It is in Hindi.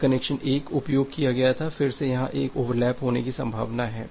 यह कनेक्शन 1 उपयोग किया गया था फिर से यहां एक ओवरलैप होने की संभावना है